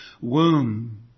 womb